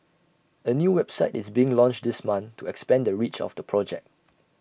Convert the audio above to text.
A new website is being launched this month to expand the reach of the project